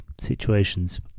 situations